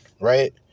right